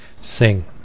sing